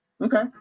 Okay